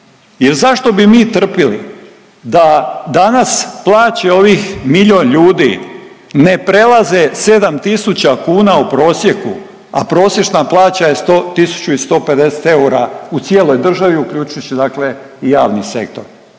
Jer zašto bi mi trpili da dana plaće ovih miljon ljudi ne prelaze 7.000 kuna u prosjeku, a prosječna plaća je 1.150 eura u cijeloj državi uključivši dakle i javni sektor.